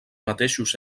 mateixos